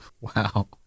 Wow